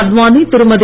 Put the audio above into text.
Advani Thirumathi